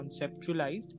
conceptualized